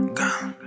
gone